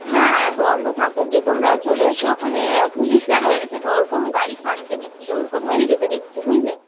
হ্যাঁ বন্ধ থাকুক গে তোমরা চলে এসো ওখানে পুলিশরা রয়েছে তো ওইরকম গাড়ি ছাড়তে দিচ্ছে ওইরকম গাড়ি যেতে দিচ্ছে বুঝলে